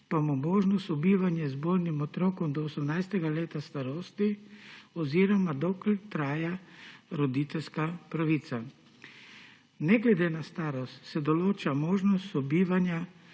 pa bo možno sobivanje z bolnim otrokom do 18. leta starosti oziroma dokler traja roditeljska pravica. Ne glede na starost se določa možnost sobivanja